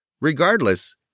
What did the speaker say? Regardless